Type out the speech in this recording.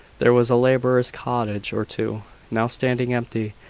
there was a labourer's cottage or two now standing empty,